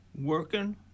working